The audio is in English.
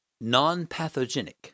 non-pathogenic